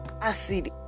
acid